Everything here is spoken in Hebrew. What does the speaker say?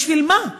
בשביל מה?